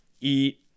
eat